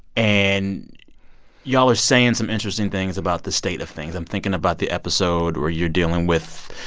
and y'all are saying some interesting things about the state of things. i'm thinking about the episode where you're dealing with